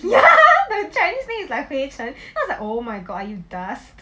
ya the chinese name is like 灰尘 then I was like oh my god are you dust